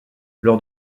lors